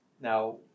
Now